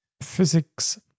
physics